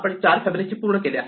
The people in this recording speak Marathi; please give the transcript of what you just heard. आपण 4 फिबोनाची पूर्ण केले आहे